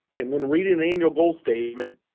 and when reading annual goal statement,